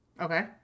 Okay